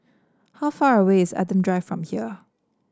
how far away is Adam Drive from here